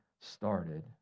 started